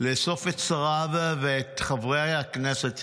לאסוף את שריו ואת חברי הכנסת שלו,